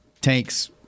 Tank's